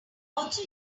also